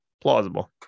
plausible